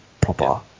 proper